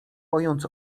pojąc